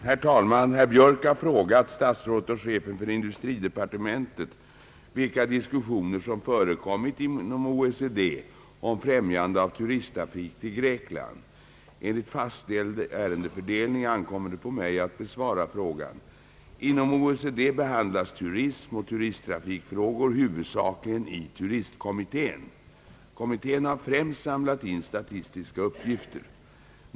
Herr talman! Herr Björk har frågat statsrådet och chefen för industridepartementet vilka diskussioner som förekommit inom OECD om främjande av turisttrafik till Grekland. Enligt fastställd ärendefördelning ankommer det på mig att besvara frågan. Inom OECD behandlas turism och turisttrafikfrågor huvudsakligen i turistkommittén. Kommittén har främst samlat in statistiska uppgifter.